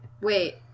wait